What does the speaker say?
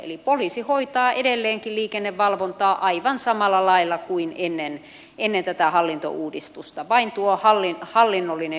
eli poliisi hoitaa edelleenkin liikennevalvontaa aivan samalla lailla kuin ennen tätä hallintouudistusta vain tuo hallinnollinen yhdistäminen on tehty